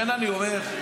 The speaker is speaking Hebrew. אני מבינה בדיוק.